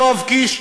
יואב קיש,